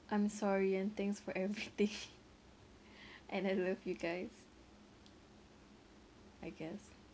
I'm sorry and thanks for everything and I love you guys I guess